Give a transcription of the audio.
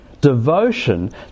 devotion